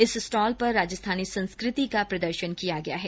इस स्टॉल पर राजस्थानी संस्कृति का प्रदर्शन किया गया है